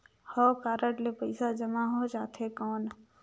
हव कारड ले पइसा जमा हो जाथे कौन?